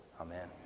Amen